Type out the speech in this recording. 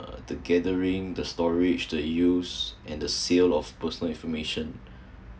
the gathering the storage the use and the sale of personal information